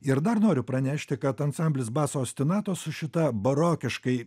ir dar noriu pranešti kad ansamblis basso ostinato su šita barokiškai